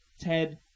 Ted